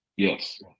Yes